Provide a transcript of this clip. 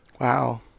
Wow